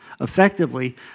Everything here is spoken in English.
effectively